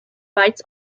fights